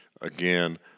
Again